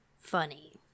funny